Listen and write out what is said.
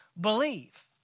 believe